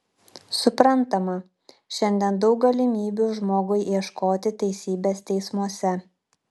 suprantama šiandien daug galimybių žmogui ieškoti teisybės teismuose